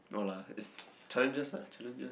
no lah it's challenges lah challenges